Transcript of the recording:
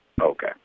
Okay